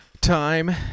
time